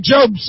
Job